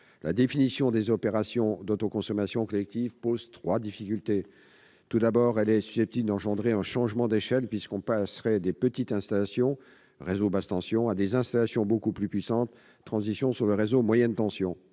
la définition des opérations d'autoconsommation collective pose trois difficultés. Tout d'abord, elle est susceptible d'engendrer un changement d'échelle, puisque l'on passerait de petites installations utilisant le réseau basse tension à des installations beaucoup plus puissantes, avec une transition sur le réseau moyenne tension.